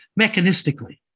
mechanistically